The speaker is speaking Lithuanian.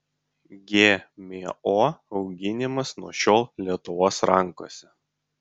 gmo auginimas nuo šiol lietuvos rankose